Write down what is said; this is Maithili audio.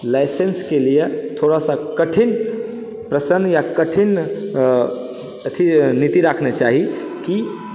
लाइसेन्सके लिए थोड़ासा कठिन प्रसङ्ग या कठिन अथी नीति रखना चाही जे